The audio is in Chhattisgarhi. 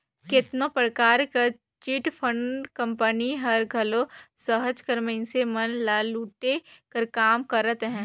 केतनो परकार कर चिटफंड कंपनी हर घलो सहज कर मइनसे मन ल लूटे कर काम करत अहे